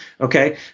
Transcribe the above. okay